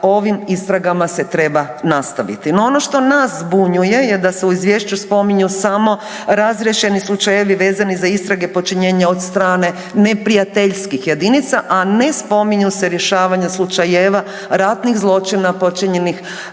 ovim istragama se treba nastaviti. No, ono što nas zbunjuje je da se u izvješću spominju samo razriješeni slučajevi vezani za istrage počinjenja od strane neprijateljskih jedinica, a ne spominju se rješavanja slučajeva ratnih zločina počinjenih